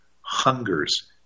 hungers